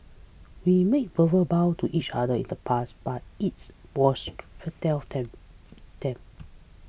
we made verbal bows to each other in the past but its was futile attempt attempt